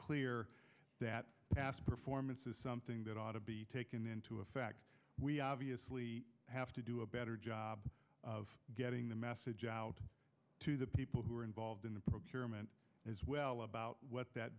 clear that past performance is something that ought to be taken into effect we obviously have to do a better job of getting the message out to the people who are involved in the procurement as well about what that